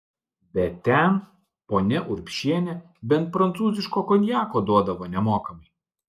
bet ten ponia urbšienė bent prancūziško konjako duodavo nemokamai